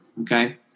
Okay